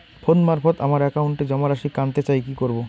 Phone মারফত আমার একাউন্টে জমা রাশি কান্তে চাই কি করবো?